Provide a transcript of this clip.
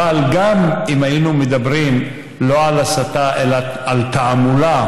אבל אם היינו מדברים לא על הסתה אלא על תעמולה